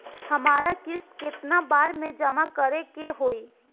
हमरा किस्त केतना बार में जमा करे के होई?